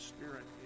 Spirit